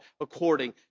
according